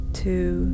two